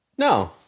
No